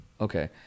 Okay